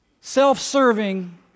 self-serving